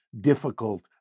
difficult